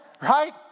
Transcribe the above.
Right